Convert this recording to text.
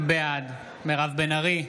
בעד מירב בן ארי,